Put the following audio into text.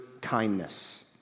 kindness